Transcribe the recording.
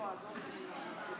לא, עזוב, בעברי.